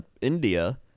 India